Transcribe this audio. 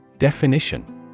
Definition